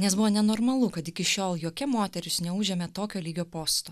nes buvo nenormalu kad iki šiol jokia moteris neužėmė tokio lygio posto